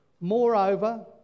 Moreover